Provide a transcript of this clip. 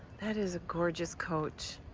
that is a gorgeous coach.